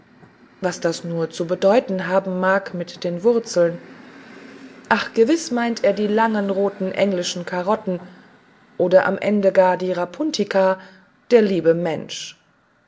was das nur zu bedeuten haben mag mit den wurzeln ach gewiß meint er die langen roten englischen karotten oder am ende gar die rapuntika der liebe mensch